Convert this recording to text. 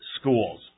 schools